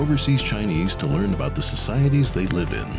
overseas chinese to learn about the societies they live in